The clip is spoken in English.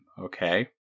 Okay